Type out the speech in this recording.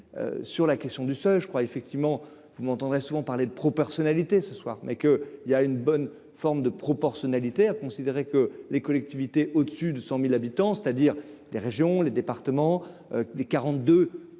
sur la question du seul, je crois, effectivement vous m'entendrez souvent parlé de personnalité : ce soir, mais que il y a une bonne forme de proportionnalité, a considéré que les collectivités au-dessus de 100000 habitants, c'est-à-dire les régions, les départements, les 42 communes